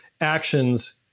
actions